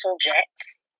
Jets